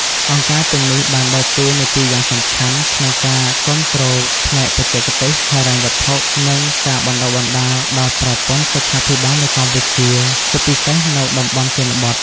អង្គការទាំងនេះបានដើរតួនាទីយ៉ាងសំខាន់ក្នុងការ គាំទ្រផ្នែកបច្ចេកទេស ហិរញ្ញវត្ថុ និងការបណ្តុះបណ្តាល ដល់ប្រព័ន្ធសុខាភិបាលនៅកម្ពុជា ជាពិសេសនៅតំបន់ជនបទ។